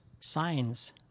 signs